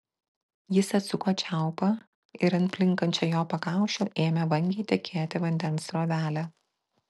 jis atsuko čiaupą ir ant plinkančio jo pakaušio ėmė vangiai tekėti vandens srovelė